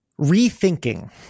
Rethinking